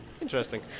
Interesting